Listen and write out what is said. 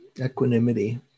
equanimity